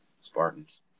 Spartans